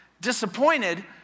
Disappointed